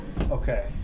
okay